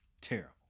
Terrible